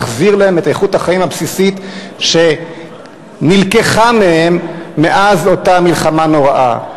מחזיר להם את איכות החיים הבסיסית שנלקחה מהם מאז אותה מלחמה נוראה.